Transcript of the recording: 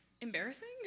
Embarrassing